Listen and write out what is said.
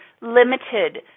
limited